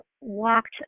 walked